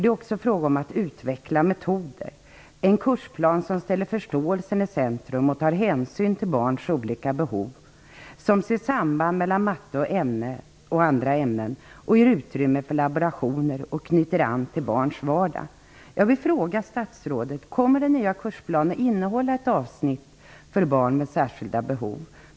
Det är också fråga om att utveckla metoder och ha en kursplan som ställer förståelsen i centrum, som tar hänsyn till barns olika behov, som ser samband mellan matte och andra ämnen, som ger utrymme för laborationer och som knyter an till barns vardag. Jag vill fråga statsrådet om den nya kursplanen kommer att innehålla ett avsnitt för barn med särskilda behov.